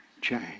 change